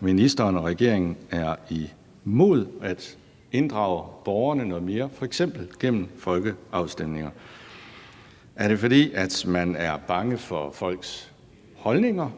ministeren og regeringen er imod at inddrage borgerne noget mere, f.eks. gennem folkeafstemninger. Er det, fordi man er bange for folks holdninger?